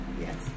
Yes